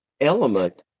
element